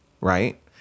right